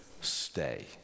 stay